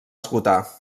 esgotar